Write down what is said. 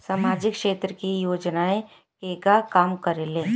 सामाजिक क्षेत्र की योजनाएं केगा काम करेले?